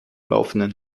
laufenden